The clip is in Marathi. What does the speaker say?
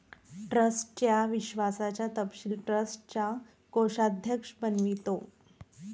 ट्रस्टच्या विश्वासाचा तपशील ट्रस्टचा कोषाध्यक्ष बनवितो